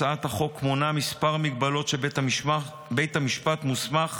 הצעת החוק מונה כמה מגבלות שבית המשפט מוסמך